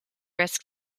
risk